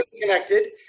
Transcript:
connected